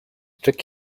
trick